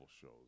shows